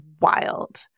wild